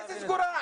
איזה סגורה?